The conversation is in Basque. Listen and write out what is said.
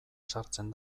sartzen